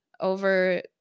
over